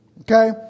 okay